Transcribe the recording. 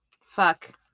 Fuck